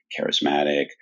charismatic